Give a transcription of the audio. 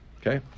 Okay